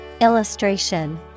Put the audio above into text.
Illustration